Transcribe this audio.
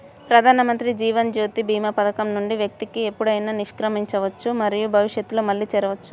ప్రధానమంత్రి జీవన్ జ్యోతి భీమా పథకం నుండి వ్యక్తి ఎప్పుడైనా నిష్క్రమించవచ్చు మరియు భవిష్యత్తులో మళ్లీ చేరవచ్చు